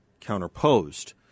counterposed